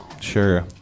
Sure